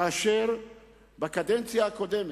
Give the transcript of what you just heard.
כאשר בקדנציה הקודמת,